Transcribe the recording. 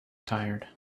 tired